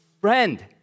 friend